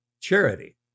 charity